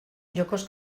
jokoz